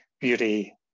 beauty